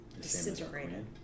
Disintegrated